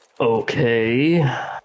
Okay